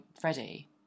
Freddie